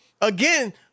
again